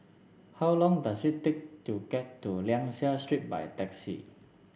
how long does it take to get to Liang Seah Street by taxi